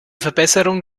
verbesserung